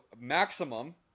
maximum